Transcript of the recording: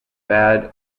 bad